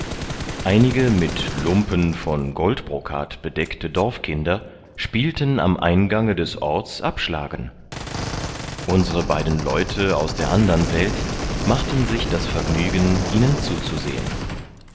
einige mit lumpen von goldbrokat bedeckte dorfkinder spielten am eingange des orts abschlagen unsere beiden leute aus der andern welt machten sich das vergnügen ihnen zuzusehen